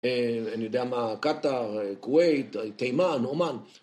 אני יודע מה, קטר, כווית, תימן, עומן